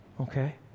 okay